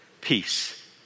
peace